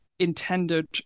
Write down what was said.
intended